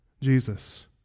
jesus